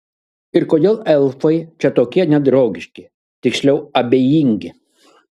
ir kodėl elfai čia tokie nedraugiški tiksliau abejingi